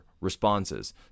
responses